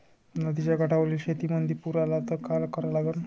नदीच्या काठावरील शेतीमंदी पूर आला त का करा लागन?